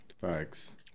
facts